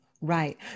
Right